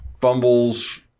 fumbles